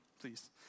please